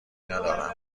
ندارم